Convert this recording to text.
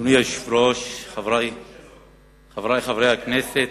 חבר הכנסת